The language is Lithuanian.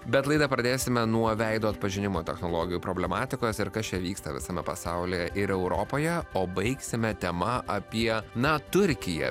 bet laidą pradėsime nuo veido atpažinimo technologijų problematikos ir kas čia vyksta visame pasaulyje ir europoje o baigsime tema apie na turkiją